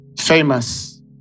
famous